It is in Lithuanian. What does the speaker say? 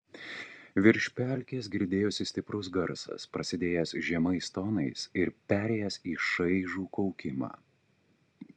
virš pelkės girdėjosi stiprus garsas prasidėjęs žemais tonais ir perėjęs į šaižų kaukimą